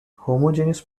homogeneous